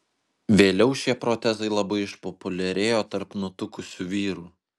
vėliau šie protezai labai išpopuliarėjo tarp nutukusių vyrų